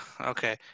Okay